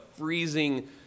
freezing